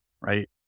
right